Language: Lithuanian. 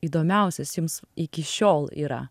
įdomiausias jums iki šiol yra